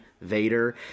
Vader